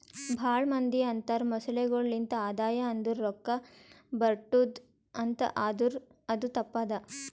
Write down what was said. ಭಾಳ ಮಂದಿ ಅಂತರ್ ಮೊಸಳೆಗೊಳೆ ಲಿಂತ್ ಆದಾಯ ಅಂದುರ್ ರೊಕ್ಕಾ ಬರ್ಟುದ್ ಅಂತ್ ಆದುರ್ ಅದು ತಪ್ಪ ಅದಾ